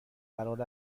قرار